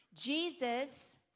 Jesus